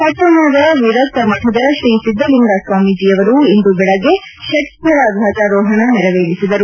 ಪಟ್ಟಣದ ವಿರಕ್ತಮಠದ ಶ್ರೀ ಸಿದ್ದಲಿಂಗಸ್ವಾಮೀಜಿಯವರು ಇಂದು ಬೆಳಿಗ್ಗೆ ಷಟ್ಸ್ಥಳ ಧ್ವಜಾರೋಹಣ ನೆರವೇರಿಸಿದರು